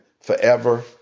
forever